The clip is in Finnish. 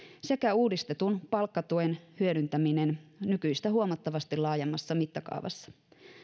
sekä uudistetun palkkatuen hyödyntäminen nykyistä huomattavasti laajemmassa mittakaavassa